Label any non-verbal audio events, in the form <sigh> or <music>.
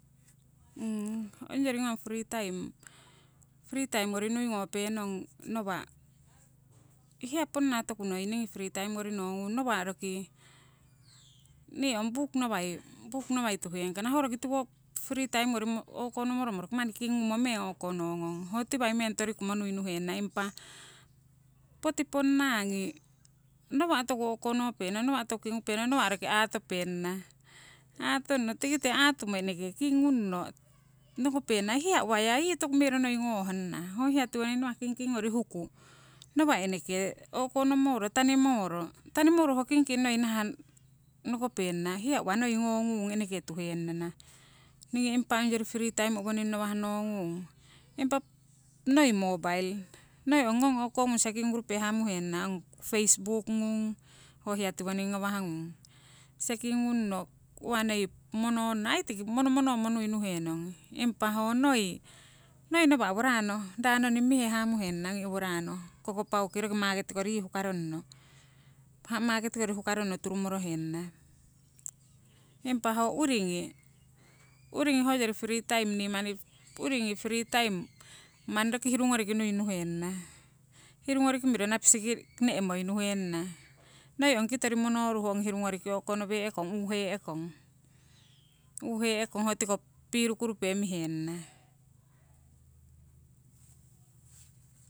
<hesitation> ongyori ngong free time, free time ngori nui ngopenong nawa', hiya ponna toku noi ningi free time ngori ngongung, nawa' roki, <noise> nii ong buk nawai, buk nawai tuheng kana ho roki tiwo free time ngori o'konomoromo roki manni kingumo meng o'konongong ho tiwai torikumo nui nuhenana. Impa poti ponna ngi nawa' toku o'konopenong, nawa' toku kingupenong nawa' roki aatope nana. Aatonno, tikite aatomo eneke kingupenong noko penana hiya uwa ya yii toku mero noi ngohnana, ho hiya tiwoning nawah kingking ngori huku nawa' eneke o'konomoro tanimoro, tanimoro ho kingking noi nahah nokopenana hiya uwa ya eneke ngongung tuhennana ningi onyori free time onnowo nawah ngongung. Impa noi mobail, noi ong ngong o'kongung sekingurupe hamuhenana ong feis buk ngung ho hiya tiwoning ngawah ngung, seeking ngunno uwa noi mononno ai tiki monomonomo nui nuhenong. Impa ho noi, noi nawa' owo raano raanoning mihe hamuhenana ongi owo raano kokopauki roki market kori yii hukaronno, market kori hukaronno turumorohenana. Impa ho uringi, uringi hoyori free time nii manni uringi free <noise> time manni roki huri ngoriki nui nuhenana, hiru ngoriki miro nabisiki ne'moi nuhenana. Noi ong kitori monoruh ong huri o'konowee'kong, uuhee'kong, uuhee'kong, ho tiko pirukurepe mihenana. <noise>